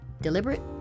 deliberate